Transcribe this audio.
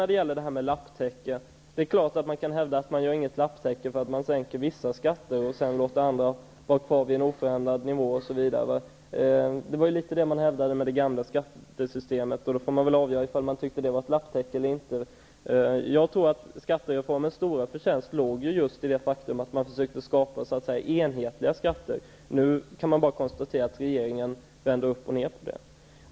När det gäller talet om lapptäcke är det klart att man kan hävda att man inte gör något lapptäcke för att man sänker vissa skatter och låter andra vara kvar på oförändrad nivå. Det var i viss mån det man hävdade med det gamla skattesystemet. Då får man väl avgöra om man tycker att det var ett lapptäcke eller inte. Jag tror att skattereformens stora förtjänst låg i att man försökte skapa enhetliga skatter. Nu kan vi bara konstatera att regeringen vänder upp och ned på detta.